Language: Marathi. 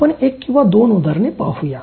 आपण एक किंवा दोन उदाहरणे पाहूया